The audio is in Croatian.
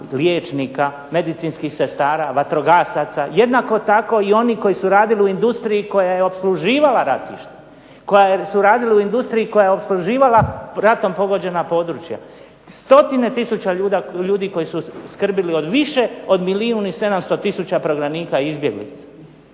liječnika, medicinskih sestara, vatrogasaca, jednako tako i onih koji su radili u industriji koja je opsluživala ratište, koja, su radili u industriji koja je opsluživala ratom pogođena područja. Stotine tisuća ljudi koji su skrbili o više od milijun i 700 tisuća prognanika i izbjeglica.